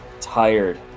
tired